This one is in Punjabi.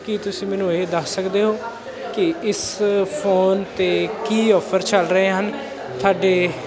ਕੀ ਤੁਸੀਂ ਮੈਨੂੰ ਇਹ ਦੱਸ ਸਕਦੇ ਹੋ ਕਿ ਇਸ ਫੋਨ 'ਤੇ ਕੀ ਆਫਰ ਚੱਲ ਰਹੇ ਹਨ ਸਾਡੇ